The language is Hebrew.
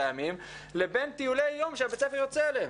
ימים לבין טיולי יום שבית הספר יוצא אליהם.